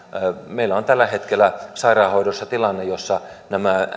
meillä on tällä hetkellä sairaanhoidossa tilanne jossa nämä